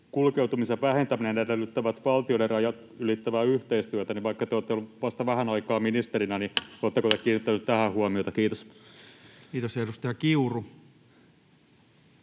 kulkeutumisen vähentäminen edellyttävät valtioiden rajat ylittävää yhteistyötä, niin vaikka te olette ollut vasta vähän aikaa ministerinä, niin oletteko te kiinnittänyt tähän huomiota? — Kiitos. Kiitos. — Ja edustaja Kiuru. Arvoisa